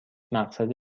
مقصد